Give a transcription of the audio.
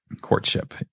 courtship